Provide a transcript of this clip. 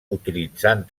utilitzant